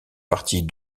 partie